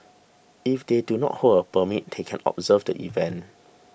if they do not hold a permit they can observe the event